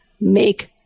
make